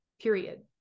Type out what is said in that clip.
period